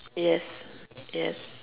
yes yes